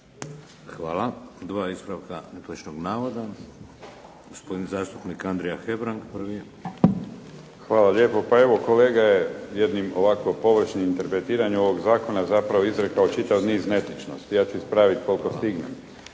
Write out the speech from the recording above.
Hvala. 2 ispravka netočnog navoda, gospodin zastupnik Andrija Hebrang prvi. **Hebrang, Andrija (HDZ)** Hvala lijepo. Pa, evo kolega je jednim ovako površnim interpretiranjem ovog zakona zapravo izrekao čitav niz netočnosti. Ja ću ispraviti koliko stignem.